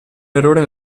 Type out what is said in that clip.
errore